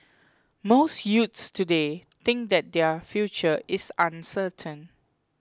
most youths today think that their future is uncertain